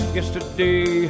Yesterday